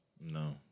No